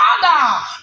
Father